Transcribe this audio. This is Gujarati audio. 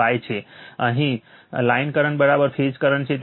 પરંતુ અહીં લાઇન કરંટ ફેઝ કરંટ છે